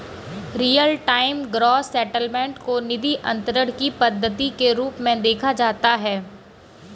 real time gross settlement को निधि अंतरण की पद्धति के रूप में देखा जाता है